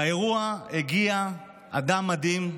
לאירוע הגיע אדם מדהים,